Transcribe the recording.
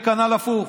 וכנ"ל הפוך: